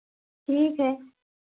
ठीक है